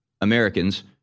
americans